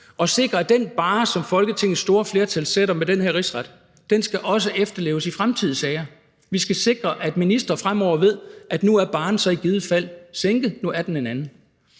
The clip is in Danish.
og sikre, at den barre, som Folketingets store flertal sætter med den her rigsretssag, også skal efterleves i fremtidige sager. Vi skal sikre, at ministre fremover ved, at nu er barren så i givet fald sænket, at nu er den en anden.